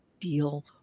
deal